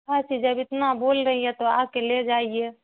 ہاں تو جب اتنا بول رہی ہیں تو آ کے لے جائیے